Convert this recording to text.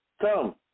come